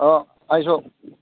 ꯑꯥ ꯑꯩꯁꯨ